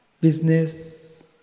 Business